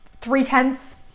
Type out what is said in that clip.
three-tenths